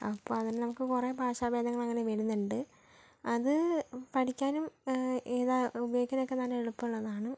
അപ്പോൾ അതിൽ നമുക്ക് കുറെ ഭാഷഭേദങ്ങൾ അങ്ങനെ വരുന്നുണ്ട് അത് പഠിക്കാനും ഇതാ ഉപയോഗിക്കാനും ഒക്കെ നല്ല എളുപ്പമുള്ളതാണ്